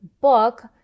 book